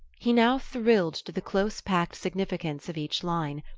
he now thrilled to the close-packed significance of each line,